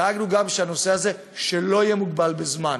דאגנו גם שהנושא הזה לא יהיה מוגבל בזמן.